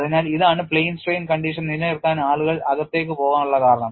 അതിനാൽ ഇതാണ് Plane strain condition നിലനിർത്താൻ ആളുകൾ അകത്തേക്ക് പോകാനുള്ള കാരണം